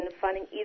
finding